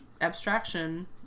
abstraction